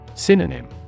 Synonym